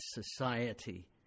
society